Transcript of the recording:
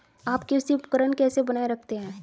आप कृषि उपकरण कैसे बनाए रखते हैं?